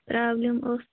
problem ٲس